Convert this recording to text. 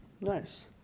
Nice